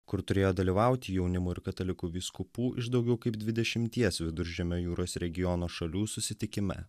kur turėjo dalyvauti jaunimo ir katalikų vyskupų iš daugiau kaip dvidešimties viduržemio jūros regiono šalių susitikime